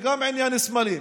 וגם ענייני סמלים,